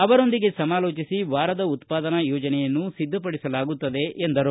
ಅವರೊಂದಿಗೆ ಸಮಾಲೋಚಿಸಿ ವಾರದ ಉತ್ಪಾದನಾ ಯೋಜನೆಯನ್ನು ಸಿದ್ದಪಡಿಸಲಾಗುತ್ತದೆ ಎಂದರು